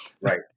right